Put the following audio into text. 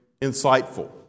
insightful